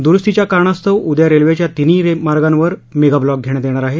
दुरूस्तीच्या कारणास्तव उद्या रेल्वेच्या तिन्ही मार्गांवर मेगाब्लॉक घेण्यात येणार आहे